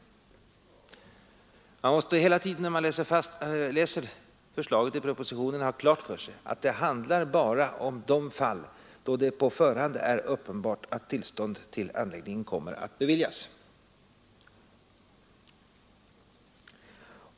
När man läser förslaget i propositionen måste man hela tiden ha klart för sig att det bara handlar om de fall då det på förhand är uppenbart att tillstånd till anläggningen kommer att beviljas.